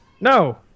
no